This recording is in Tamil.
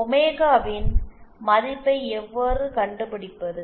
ஒமேகாவின் மதிப்பை எவ்வாறு கண்டுபிடிப்பது